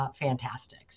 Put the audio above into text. fantastic